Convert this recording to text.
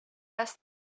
است